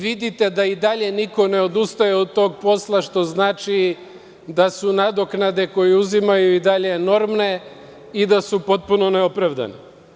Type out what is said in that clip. Vidite da i dalje niko ne odustaje od tog posla, što znači da su nadoknade koje uzimaju i dalje enormne i da su potpuno neopravdane.